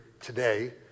today